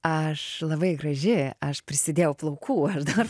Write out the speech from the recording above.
aš labai graži aš prisidėjau plaukų aš dar